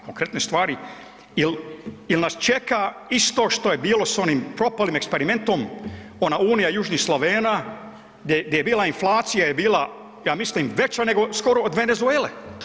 Konkretne stvari ili, ili nas čeka isto što je bilo s onim propalim eksperimentom, ona unija južnih Slavena gdje je bila, inflacija je bila ja mislim veća nego skoro od Venezuele.